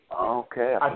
Okay